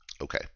Okay